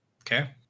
Okay